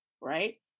right